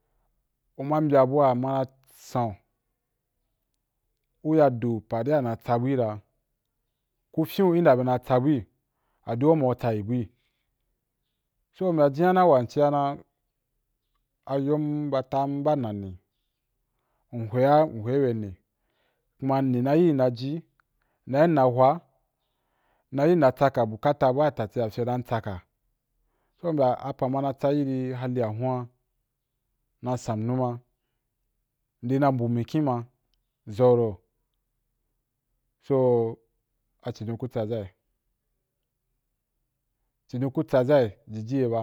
U ma mbyaa bu wa ma san’u, u ya di pa’ ri a na tsabu’i ra, ku fyen’u ndea u na tsabu’ ra aji au ma u tsayi-bui adi au ma u tsayi bui so u mbyaa jin’a na wan m cia na ayom ba atam ba nani, m hwea m hwei be ni, kuma ani na yi na jii na yim na waī, na yim mna tsaka bukata bu badati wa wa cia be dan fye m tsaka, so u mbyaa apa’ wa’ ma na tsa iri hali ahun’a, na dan numa, nd na mbu mikyin mai so acidon ku tsaʒa’i yo cidon ku tsaʒa’i jiji i ye ba.